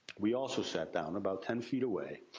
we also sat down, about ten feet away,